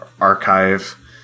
archive